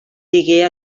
digué